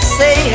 say